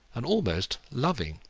and almost loving.